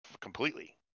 Completely